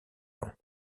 long